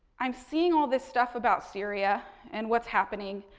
i'm seeing all this stuff about syria and what's happening.